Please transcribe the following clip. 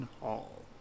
Hall